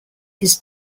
his